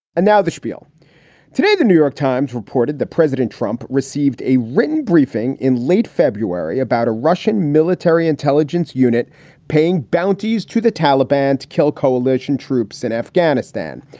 and now the spiel today, the new york times reported that president trump received a written briefing in late february about a russian military intelligence unit paying bounties to the taliban to kill coalition troops in afghanistan.